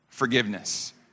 forgiveness